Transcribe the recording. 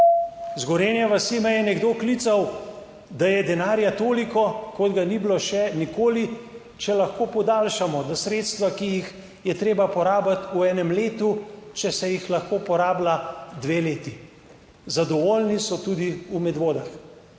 Iz Gorenje vasi me je nekdo klical, da je denarja toliko, kot ga ni bilo še nikoli, če lahko podaljšamo, da sredstva, ki jih je treba porabiti v enem letu, če se jih lahko porablja dve leti. Zadovoljni so tudi v Medvodah.